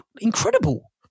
incredible